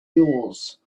yours